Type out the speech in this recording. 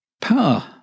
Power